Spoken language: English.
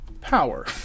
power